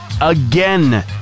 again